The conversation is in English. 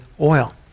oil